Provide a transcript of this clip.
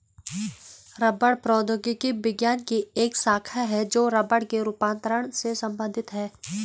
रबड़ प्रौद्योगिकी विज्ञान की एक शाखा है जो रबड़ के रूपांतरण से संबंधित है